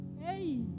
Hey